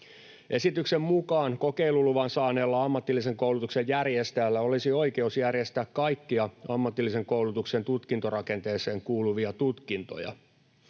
Esityksen mukaan kokeiluluvan saaneella ammatillisen koulutuksen järjestäjällä olisi oikeus järjestää kaikkia ammatillisen koulutuksen tutkintorakenteeseen kuuluvia tutkintoja.